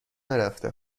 نرفته